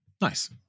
nice